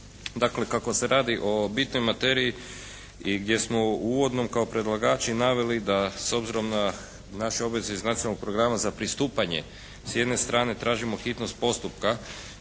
Dakle kako se radi o bitnoj materiji i gdje smo uvodno kao predlagači naveli da s obzirom na naše obveze iz nacionalnog programa za pristupanje s jedne strane, tražimo hitnost postupka.